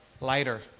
lighter